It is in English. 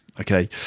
Okay